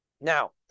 Now